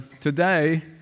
today